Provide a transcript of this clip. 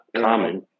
common